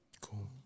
Cool